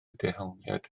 dehongliad